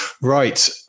right